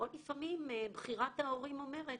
לפעמים בחירת ההורים אומרת,